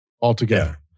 Altogether